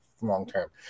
long-term